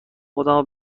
خودمو